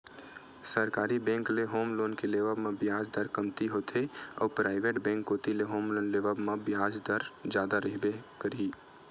सरकारी बेंक ले home loan के लेवब म बियाज दर कमती होथे अउ पराइवेट बेंक कोती ले होम लोन लेवब म ओखर बियाज दर जादा रहिबे करही